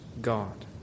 God